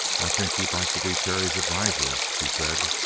i think you'd like to be terry's adviser, she said.